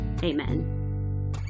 amen